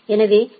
எனவே பி